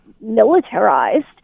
militarized